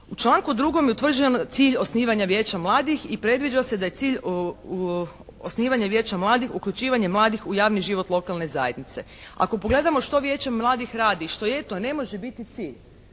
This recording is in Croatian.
U članku drugom je utvrđen cilj osnivanja Vijeća mladih i predviđa se da je cilj osnivanja Vijeća mladih uključivanje mladih u javni život lokalne zajednice. Ako pogledamo što Vijeće mladih radi što je to ne može biti cilj.